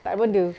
tak ada benda